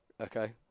okay